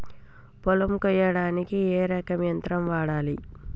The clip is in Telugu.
పొలం కొయ్యడానికి ఏ రకం యంత్రం వాడాలి?